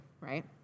right